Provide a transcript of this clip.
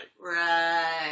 Right